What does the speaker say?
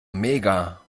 mega